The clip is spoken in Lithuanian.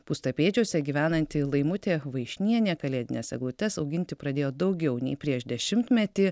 pūstapėdžiuose gyvenanti laimutė vaišnienė kalėdines eglutes auginti pradėjo daugiau nei prieš dešimtmetį